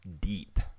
deep